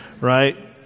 right